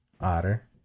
Otter